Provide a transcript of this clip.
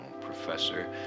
Professor